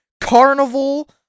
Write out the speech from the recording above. Carnival